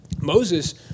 Moses